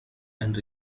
and